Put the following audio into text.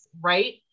right